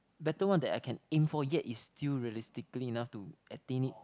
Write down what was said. better one that I can aim for yet is still realistically enough to attain it